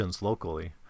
locally